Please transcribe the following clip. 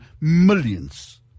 millions